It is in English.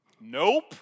nope